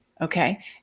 okay